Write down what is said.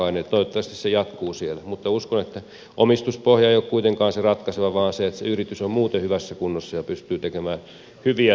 toivottavasti se jatkuu siellä mutta uskon että omistuspohja ei ole kuitenkaan se ratkaiseva vaan se että se yritys on muuten hyvässä kunnossa ja pystyy tekemään hyviä tuotteita